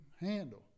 handle